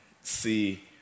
see